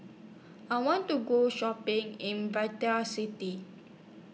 I want to Go Shopping in City